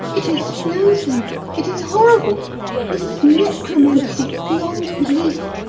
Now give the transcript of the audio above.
it is loathly it is horrible it is necromancy beyond belief!